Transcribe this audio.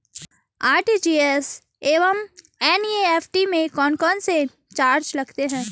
RTGS एवं NEFT में कौन कौनसे चार्ज लगते हैं?